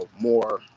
more